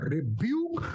Rebuke